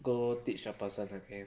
go teach the person again